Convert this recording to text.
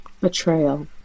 Betrayal